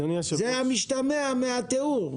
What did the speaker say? זה המשתמע מהתיאור.